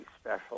special